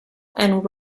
and